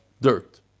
dirt